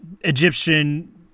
egyptian